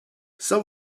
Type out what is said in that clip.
some